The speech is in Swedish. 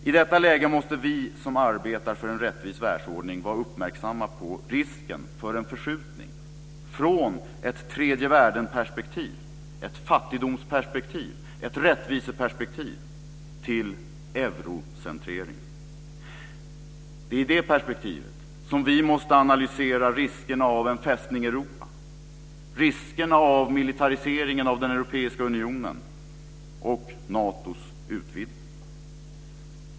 I detta läge måste vi som arbetar för en rättvis världsordning vara uppmärksamma på risken för en förskjutning från ett tredje-världen-perspektiv, ett fattigdomsperspektiv, ett rättviseperspektiv, till Eurocentrering. Det är i det perspektivet vi måste analysera riskerna av en Fästning Europa, riskerna av militariseringen av den europeiska unionen och Natos utvidgning.